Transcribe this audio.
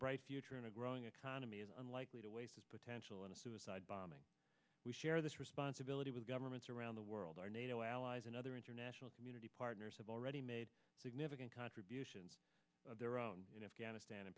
bright future in a growing economy is unlikely to waste his potential on a suicide bombing we share this responsibility with governments around the world our nato allies and other international community partners have already made significant contributions of their own in afghanistan